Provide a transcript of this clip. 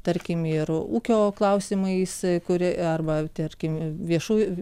tarkim ir ūkio klausimais kuri arba tarkim viešųjų